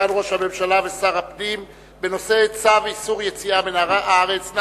סגן ראש הממשלה ושר הפנים שאילתא דחופה בנושא: צו איסור יציאה מהארץ.